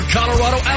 Colorado